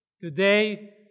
Today